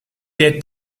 der